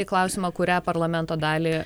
į klausimą kurią parlamento dalį